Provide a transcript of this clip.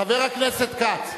חבר הכנסת כץ,